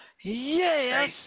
Yes